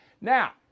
Now